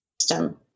system